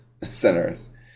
centers